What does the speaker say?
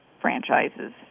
franchises